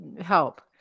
help